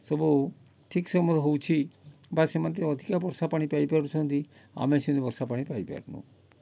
ସବୁ ଠିକ୍ ସମୟରେ ହେଉଛି ବା ସେମାନେ ଟିକେ ଅଧିକା ବର୍ଷା ପାଣି ପାଇ ପାରିଛନ୍ତି ଆମେ ସେମିତି ବର୍ଷା ପାଣି ପାଇ ପାରୁନୁ